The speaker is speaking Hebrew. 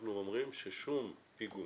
אנחנו אומרים ששום פיגום